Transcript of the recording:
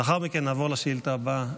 לאחר מכן נעבור לשאילתה הבאה.